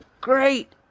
Great